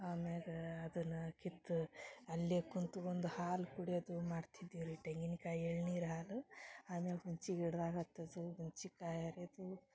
ಅಮ್ಯಾಗ ಅದನ್ನ ಕಿತ್ತು ಅಲ್ಲೆ ಕುಂತ್ಕೊಂದ್ ಹಾಲು ಕುಡಿಯೋದು ಮಾಡ್ತಿದ್ವಿ ರೀ ತೆಂಗಿನ ಕಾಯಿ ಎಳ್ನೀರು ಹಾಲು ಅಮ್ಯಾಗ ಹುಂಚಿ ಗಿಡ್ದಾಗ ಹತೋದು ಹುಂಚಿ ಕಾಯಿ ಹರಿಯೋದು